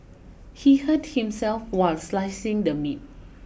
he hurt himself while slicing the meat